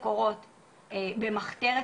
המסיבה,